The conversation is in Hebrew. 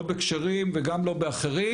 לא בכשרים וגם לא באחרים,